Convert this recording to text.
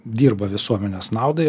dirba visuomenės naudai